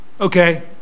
okay